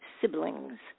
siblings